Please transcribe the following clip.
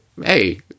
hey